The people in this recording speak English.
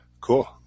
Cool